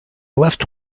left